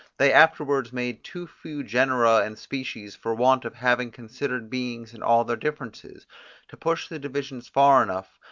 they afterwards made too few genera and species for want of having considered beings in all their differences to push the divisions far enough,